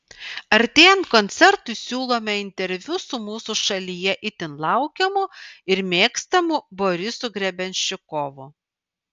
artėjant koncertui siūlome interviu su mūsų šalyje itin laukiamu ir mėgstamu borisu grebenščikovu